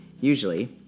usually